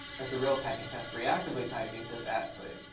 that's a real typing test. reactively typing, says asli.